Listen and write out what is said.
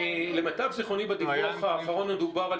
למיטב זכרוני בדיווח האחרון דובר על